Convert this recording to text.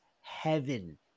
heaven